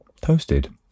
toasted